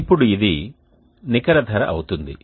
ఇప్పుడు ఇది నికర ధర అవుతుంది